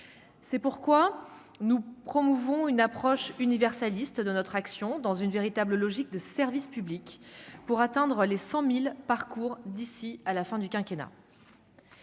c'est pourquoi nous promouvons une approche universaliste de notre action dans une véritable logique de service public pour atteindre les 100000 parcours d'ici à la fin du quinquennat.